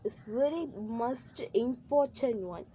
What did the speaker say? it is very must important one